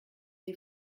est